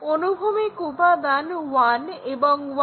অনুভূমিক উপাদান 1 এবং 1'